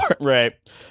Right